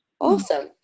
Awesome